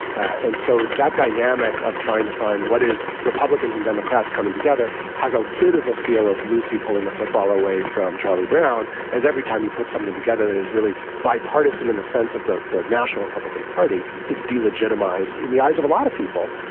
and so that dynamic of trying to find what is republicans and democrats coming together has a bit of a feel of lucy pulling the football away from charlie brown as every time he put something together that is really bipartisan in the sense of the the national republican party. it's delegitimised in the eyes of a lot of people,